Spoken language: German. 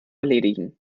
erledigen